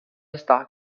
estar